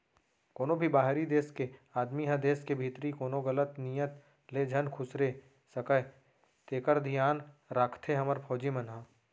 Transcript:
कोनों भी बाहिरी देस के आदमी ह देस के भीतरी कोनो गलत नियत ले झन खुसरे सकय तेकर धियान राखथे हमर फौजी मन ह